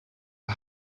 are